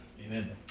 Amen